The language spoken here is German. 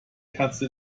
katze